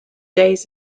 days